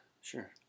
sure